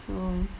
so